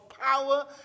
power